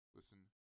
Listen